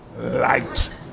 light